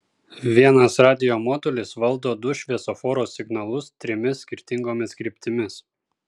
vienas radijo modulis valdo du šviesoforo signalus trimis skirtingomis kryptimis